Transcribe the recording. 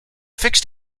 fixed